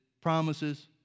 promises